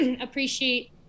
appreciate